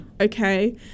Okay